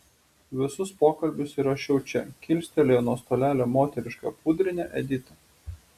visus pokalbius įrašiau čia kilstelėjo nuo stalelio moterišką pudrinę edita